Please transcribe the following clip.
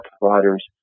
providers